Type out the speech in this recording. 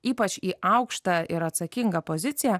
ypač į aukštą ir atsakingą poziciją